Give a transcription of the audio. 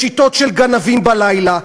בשיטות של גנבים בלילה,